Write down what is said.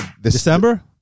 December